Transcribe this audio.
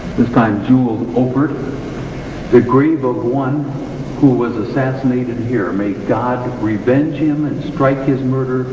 this time jules oppert the grave of one who was assassinated here. may god to revenge him and strike his murderer,